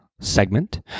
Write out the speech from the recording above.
segment